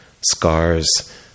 scars